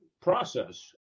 process